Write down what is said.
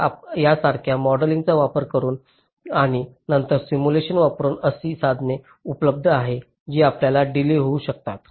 तर यासारख्या मॉडेलिंगचा वापर करून आणि नंतर सिम्युलेशन वापरुन अशी साधने उपलब्ध आहेत जी आपल्याला डीलेय होऊ शकतात